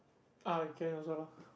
ah can also lah